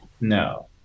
no